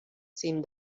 sin